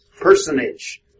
personage